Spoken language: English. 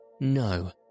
No